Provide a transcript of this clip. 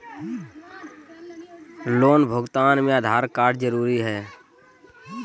Loan भुगतान में Aadhaar card जरूरी है?